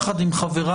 יחד עם חבריי,